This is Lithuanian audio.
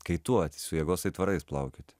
kaituot su jėgos aitvarais plaukioti